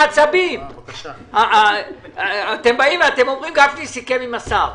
אתם אומרים: גפני סיכם עם השר.